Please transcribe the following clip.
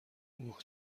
اوه